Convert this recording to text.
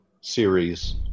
series